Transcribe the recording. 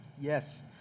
Yes